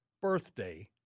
birthday